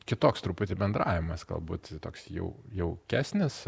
kitoks truputį bendravimas galbūt toks jau jaukesnis